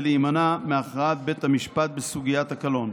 להימנע מהכרעת בית המשפט בסוגיית הקלון,